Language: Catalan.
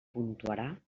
puntuarà